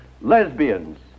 lesbians